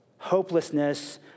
Hopelessness